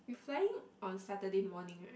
you flying on Saturday morning right